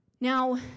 Now